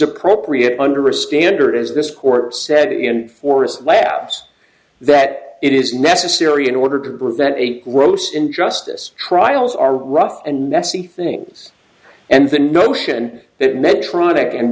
appropriate under a standard as this court said and forest labs that it is necessary in order to prove that a gross injustice trials are rough and messy things and the notion that